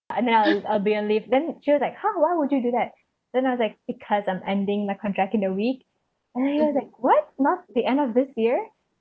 and now I'll be on leave then she was like how why would you do that then I was like because I'm ending my contract in a week and she was like what not the end of this year